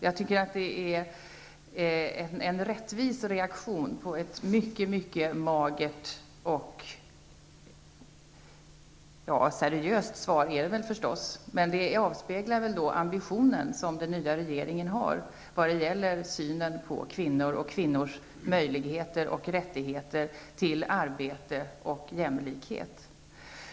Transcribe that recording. Jag tycker att det är en rättvis reaktion på ett mycket magert svar, som visserligen är seriöst men som avspeglar den ambition som den nya regeringen har i fråga om synen på kvinnor och kvinnors möjligheter och rättigheter till arbete och jämlikhet.